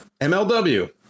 MLW